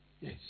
Yes